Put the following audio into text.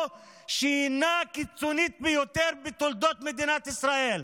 שהיא הקיצונית ביותר בתולדות מדינת ישראל.